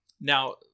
Now